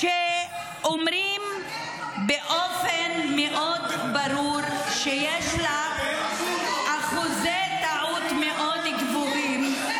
ואומרים באופן מאוד ברור שיש לה אחוזי טעות מאוד גבוהים.